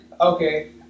Okay